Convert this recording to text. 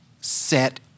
set